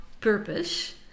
purpose